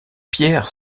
pierres